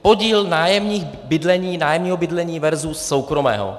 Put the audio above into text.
Podíl nájemních bydlení, nájemního bydlení versus soukromého.